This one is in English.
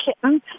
kitten